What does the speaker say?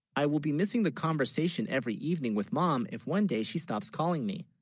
i will be missing the conversation every evening with mom if one day she stops calling me